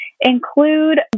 include